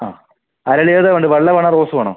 ആ അരളി ഏതാ വേണ്ടത് വെള്ള വേണോ റോസ് വേണോ